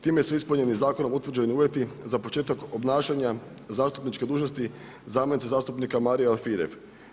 Time su ispunjeni zakonom utvrđeni uvjeti za početak obnašanja zastupničke dužnosti zamjenice zastupnika Marije Alfirev.